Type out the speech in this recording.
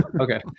okay